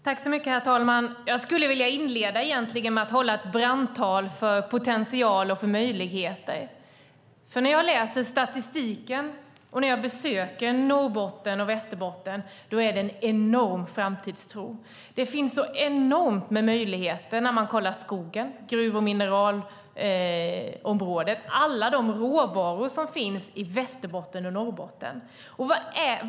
Herr talman! Jag skulle vilja inleda med att hålla ett brandtal för potential och möjligheter. När jag läser statistiken och besöker Norrbotten och Västerbotten ser jag att det finns en enorm framtidstro. Det finns så enormt stora möjligheter när man kollar skogen och gruv och mineralområdet, med alla de råvaror som finns i Norrbotten och Västerbotten.